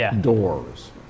doors